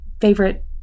favorite